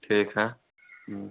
ठीक है